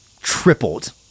tripled